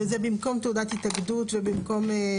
וזה במקום תעודת התאגדות ובמקום,